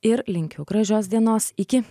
ir linkiu gražios dienos iki